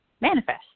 manifest